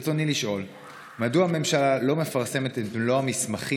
ברצוני לשאול: 1. מדוע הממשלה לא מפרסמת את מלוא המסמכים